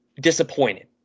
disappointed